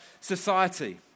society